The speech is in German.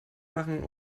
machen